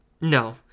No